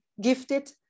gifted